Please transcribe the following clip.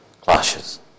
clashes